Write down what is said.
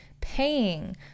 paying